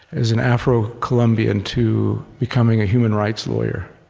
as an afro-colombian, to becoming a human rights lawyer,